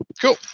Cool